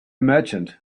merchant